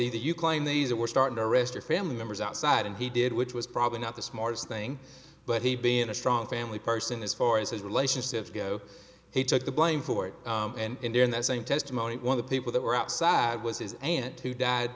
either you claim these or we're starting to arrest your family members outside and he did which was probably not the smartest thing but he been a strong family person as far as his relationships go he took the blame for it and there in that same testimony one of the people that were outside was his aunt who died